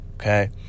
okay